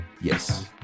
Yes